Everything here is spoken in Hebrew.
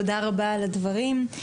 תודה רבה על הדברים.